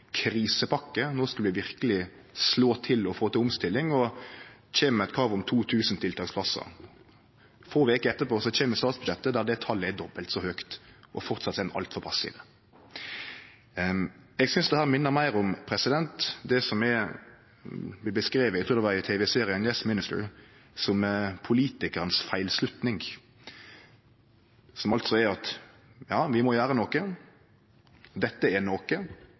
krisepakke – no skulle vi verkeleg slå til og få til ei omstilling, og dei kjem med eit krav om 2 000 tiltaksplassar. Få veker seinare kom statsbudsjettet der det talet er dobbelt så høgt, og framleis er ein altså altfor passiv. Eg synest dette minner meir om det som blir beskrive – eg trur det var i tv-serien «Yes Minister» – som politikarens feilslutning, som altså er: Ja, vi må gjere noko, dette er noko,